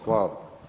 Hvala.